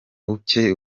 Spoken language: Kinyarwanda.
buke